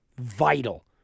vital